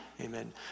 Amen